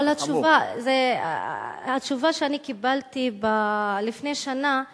אבל התשובה שאני קיבלתי לפני שנה היא